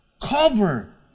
cover